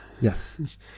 Yes